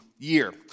year